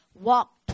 walk